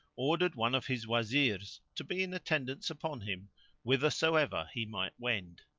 ordered one of his wazirs to be in attendance upon him whithersoever he might wend.